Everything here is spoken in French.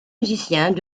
musiciens